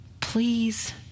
please